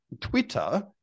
Twitter